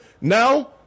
Now